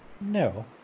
No